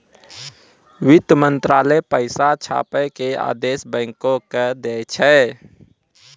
वित्त मंत्रालय पैसा छापै के आदेश बैंको के दै छै